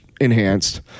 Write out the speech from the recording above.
enhanced